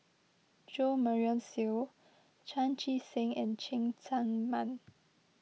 Jo Marion Seow Chan Chee Seng and Cheng Tsang Man